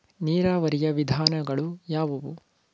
ನೀರಾವರಿಯ ವಿಧಾನಗಳು ಯಾವುವು?